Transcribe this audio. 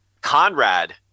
Conrad